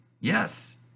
Yes